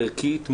ערכית,